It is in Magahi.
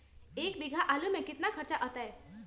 एक बीघा आलू में केतना खर्चा अतै?